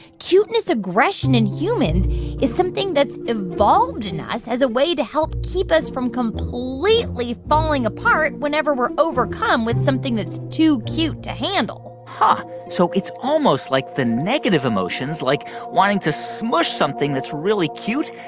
cuteness aggression in humans is something that's evolved in us as a way to help keep us from completely falling apart whenever we're overcome with something that's too cute to handle huh. so it's almost like the negative emotions, like wanting to smush something that's really cute,